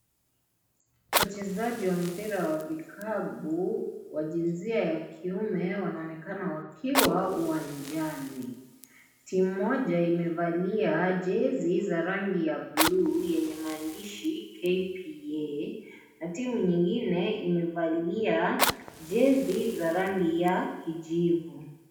Wachezaji wa mpira wa kikapu wa jinsia ya kiume wanaonekana wakiwa uwanjani timu mmoja imevalia jezi za rangi ya blue yenye maandishi KPA na timu nyingine imevalia jezi za rangi ya kijivu.